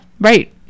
right